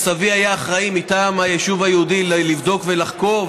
סבי היה אחראי מטעם היישוב היהודי לבדוק ולחקור,